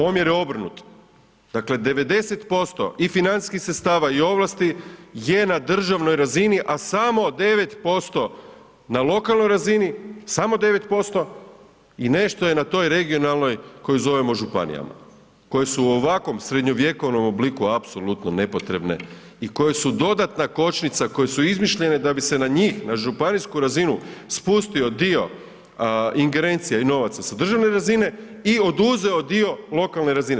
Omjer je obrnut dakle 90% i financijskih sredstava i ovlasti je na državnoj razini, a samo 9% na lokalnoj razini, samo 9% i nešto je na toj regionalnoj koju zovemo županijama koje su u ovakvom srednjovjekovnom obliku apsolutno nepotrebne i koje su dodatna kočnica, koje su izmišljene da bi se na njih, na županijsku razinu spustio dio ingerencija i novaca sa državne razine i oduzeo dio lokalne razine.